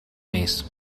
més